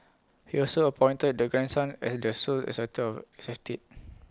he also appointed the grandson as the sole executor